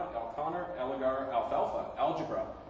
aleconner, alegar, alfalfa, algebra,